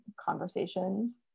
conversations